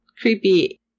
creepy